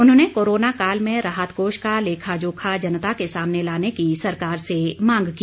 उन्होंने कोरोना काल में राहत कोष का लेखा जोखा जनता के सामने लाने की सरकार से मांग की